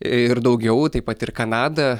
ir daugiau taip pat ir kanada